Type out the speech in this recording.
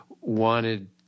wanted